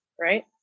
Right